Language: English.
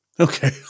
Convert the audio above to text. Okay